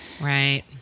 Right